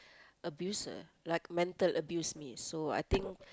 abuser like mental abuse me so I think